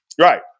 Right